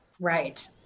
Right